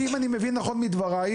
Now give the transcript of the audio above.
אם אני מבין נכון מדברייך,